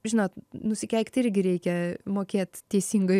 žinot nusikeikti irgi reikia mokėt teisingoj